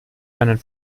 einen